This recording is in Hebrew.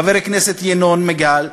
חבר הכנסת ינון מגל,